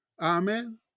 Amen